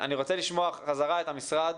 אני רוצה לשמוע את המשרד.